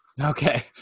Okay